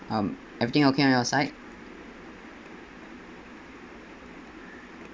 um everything okay on your side